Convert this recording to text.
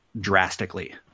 drastically